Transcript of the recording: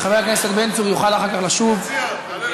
חבר הכנסת בן צור יוכל אחר כך לשוב ולנמק.